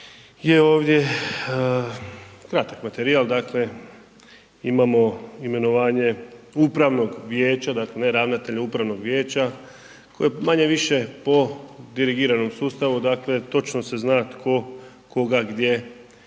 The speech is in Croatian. je ovdje kratak materijal, dakle, imamo imenovanje upravnog vijeća, znači ne ravnatelja upravnog vijeća koji manje-više po dirigiranom sustavu, dakle točno se zna tko koga gdje